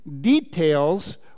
details